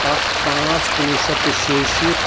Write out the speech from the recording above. اَکھ پانٛژھ کُنہٕ وُہ شَتھ تہٕ شیٚیہِ شیٖتھ